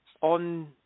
on